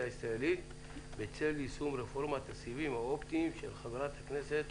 הישראלית בצל יישום רפורמת הסיבים האופטיים" של חברת הכנסת